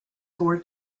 four